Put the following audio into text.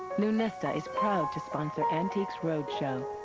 lunesta is proud to sponsor antiques roadshow.